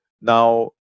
Now